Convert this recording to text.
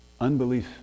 unbelief